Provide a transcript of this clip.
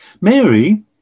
Mary